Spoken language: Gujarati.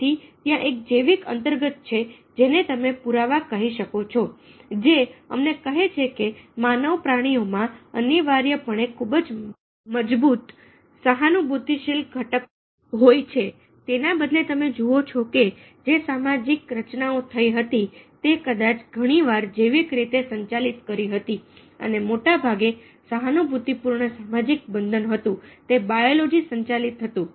તેથી ત્યાં એક જૈવિક અંતર્ગત છે જેને તમે પુરાવા કહી શકો છો જે અમને કહે છે કે માનવ પ્રાણીઓમાં અનિવાર્યપણે ખૂબ જ મજબૂત સહાનુભૂતિ શીલ ઘટક હોય છે તેના બદલે તમે જુઓ છો કે જે સામાજિક રચનાઓ થય હતી તે કદાચ ઘણી વાર જૈવિક રીતે સંચાલિત કરી હતી અને મોટેભાગે સહાનુભૂતિપૂર્ણ સામાજિક બંધન હતું તે બાયોલોજી સંચાલિત હતું